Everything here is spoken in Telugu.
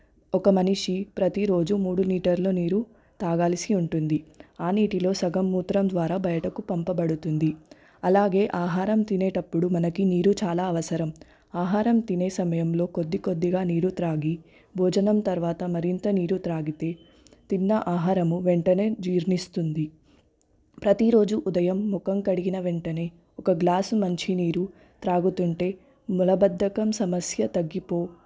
ఒక మనిషి ప్రతిరోజు మూడు లీటర్ల నీరు తాగాల్సి ఉంటుంది ఆ నీటిలో సగం మూత్రం ద్వారా బయటకు పంపబడుతుంది అలాగే ఆహారం తినేటప్పుడు మనకి నీరు చాలా అవసరం ఆహారం తినే సమయంలో కొద్ది కొద్దిగా నీరు త్రాగి భోజనం తర్వాత మరింత నీరు త్రాగితే తిన్న ఆహారము వెంటనే జీర్ణిస్తుంది ప్రతిరోజు ఉదయం ముఖం కడిగిన వెంటనే ఒక గ్లాసు మంచినీరు త్రాగుతుంటే మలబద్ధకం సమస్య తగ్గిపో